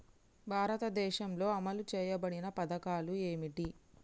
భారతదేశంలో అమలు చేయబడిన పథకాలు ఏమిటి?